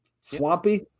Swampy